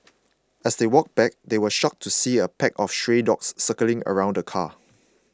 as they walked back they were shocked to see a pack of stray dogs circling around the car